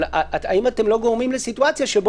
אבל האם אתם לא גורמים לסיטואציה שבה